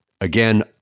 Again